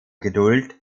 geduld